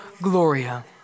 gloria